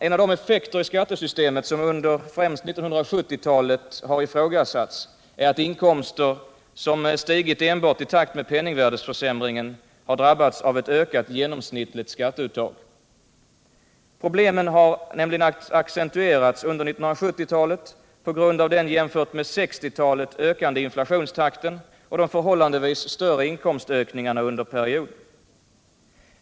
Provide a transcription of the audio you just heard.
En av de effekter i skattesystemet som främst under 1970-talet har ifrågasatts är att inkomster som stigit enbart i takt med penningvärdeförsämringen har drabbats av ett ökat genomsnittligt skatteuttag. Problemet har nämligen accentuerats under 1970-talet på grund av den då jämfört med utvecklingen under 1960-talet ökade inflationstakten och de förhållandevis större inkomstökningarna under perioden.